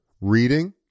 reading